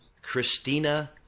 Christina